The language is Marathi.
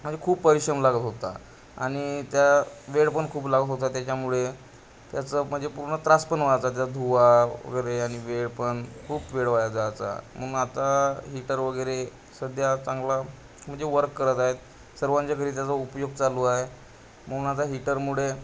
आणि खूप परिश्रम लागत होता आणि त्या वेळ पण खूप लागत होता त्याच्यामुळे त्याचं म्हणजे पूर्ण त्रास पण व्हायचा त्या धुवा वगैरे आणि वेळ पण खूप वेळ वाया जायचा म्हणून आता हीटर वगैरे सध्या चांगला म्हणजे वर्क करत आहे सर्वांच्या घरी त्याचा उपयोग चालू आहे म्हणून आता हीटरमुळे